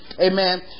Amen